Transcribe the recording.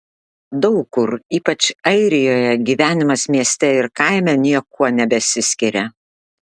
daug kur ypač airijoje gyvenimas mieste ir kaime niekuo nebesiskiria